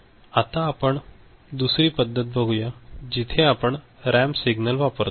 आता आपण दुसरी पद्धत बघूया जिथे आपण रॅम्प सिग्नल वापरतो